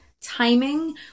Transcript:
timing